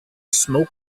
smoke